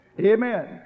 Amen